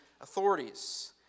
authorities